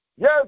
Yes